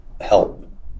help